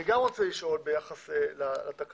אני גם רוצה לשאול ביחס לתקנות